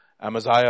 Amaziah